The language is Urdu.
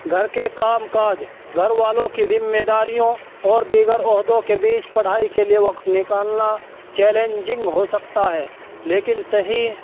گھر کے کام کاج گھر والوں کی ذمہ داریوں اور دیگر عہدوں کے بیچ پڑھائی کے لیے وقت نکالنا چیلنجنگ ہو سکتا ہے لیکن صحیح